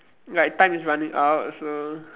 like time is running out so